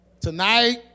tonight